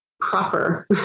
proper